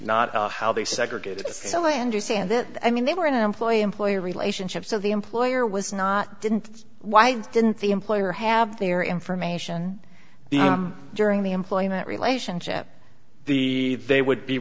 not how they segregate it so i understand that i mean they were an employee employer relationship so the employer was not didn't why didn't the employer have their information during the employment relationship the they would be